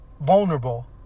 vulnerable